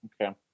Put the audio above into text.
Okay